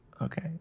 Okay